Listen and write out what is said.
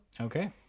okay